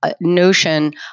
notion